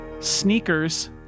Sneakers